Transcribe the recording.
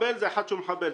מחבל זה אחד שהוא מחבל.